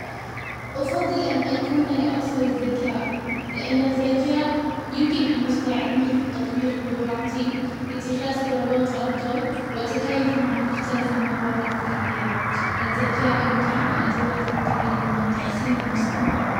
افضل ان اكون الاكثر زكاء، لان الذكاء يمكن ان يساعدني في تطوير قدراتي، اتخاز قرارات افضلـ وتكيف مع مختلف المواقف في الحياة. الذكاء يمنحني ادوات للتعلم والتحسين المستمر.